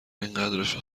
اینقدرشو